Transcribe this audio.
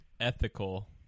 ethical